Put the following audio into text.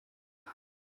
hand